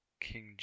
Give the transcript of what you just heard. king